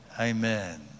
Amen